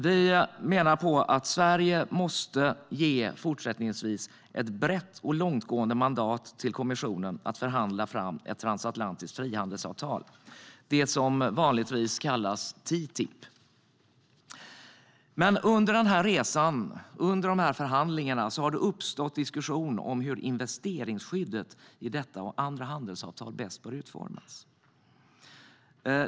Vi menar att Sverige fortsättningsvis måste ge ett brett och långtgående mandat till kommissionen att förhandla fram ett transatlantiskt frihandelsavtal, det som vanligtvis kallas TTIP. Men under den här resan, under de här förhandlingarna, har det uppstått diskussion om hur investeringsskyddet i detta och andra handelsavtal bäst bör utformas.